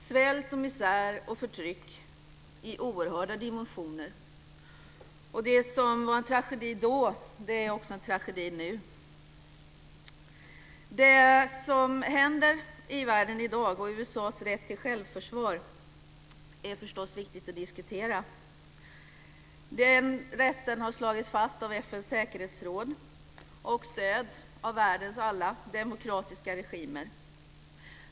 Svält, misär och förtryck i oerhörda dimensioner. Det som var en tragedi då är också en tragedi nu. Det som händer i världen i dag och USA:s rätt till självförsvar är förstås viktigt att diskutera. Den rätten har slagits fast av FN:s säkerhetsråd och stöds av världens alla demokratiska regimer.